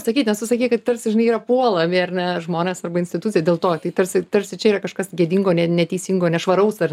sakyt nes tu sakei kad tarsi žinai yra puolami ar ne žmonės arba institucija dėl to tai tarsi tarsi čia yra kažkas gėdingo ne neteisingo nešvaraus ar